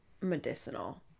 medicinal